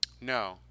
no